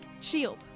Shield